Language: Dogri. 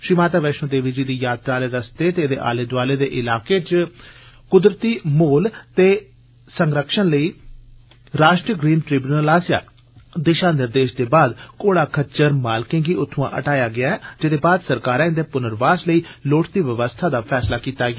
श्रीमाता वैष्णो देवी जी दी यात्रा आले रस्ते ते एदे आले दोआले दे इलाकें च क्दरती माहौल दे संरक्षण लेई राष्ट्रीय ग्रीम ट्रिब्यूनल आसेया जारी दिशा निर्देशें दे बाद घोड़ा खच्चर मालकें गी उत्थ्आं हटाया गेया ऐ जेदे बाद सरकारै इन्दे प्नर्वास लेई लोड़चदी व्यवस्था दा फैसला लैता ऐ